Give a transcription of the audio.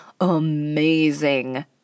amazing